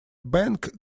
bank